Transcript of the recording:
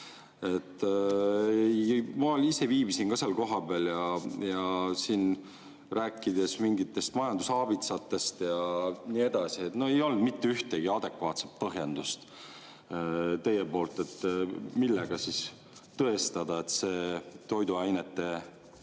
Ma ise viibisin ka seal kohapeal, ja siin rääkida mingitest majandusaabitsatest ja nii edasi – no ei olnud mitte ühtegi adekvaatset põhjendust teie poolt, millega tõestada, et toiduainete